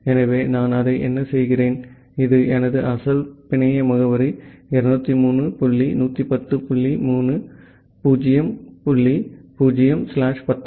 எனவே நான் அதை என்ன செய்கிறேன் இது எனது அசல் பிணைய முகவரி203 டாட் 110 டாட் 0 டாட் 0 ஸ்லாஷ் 19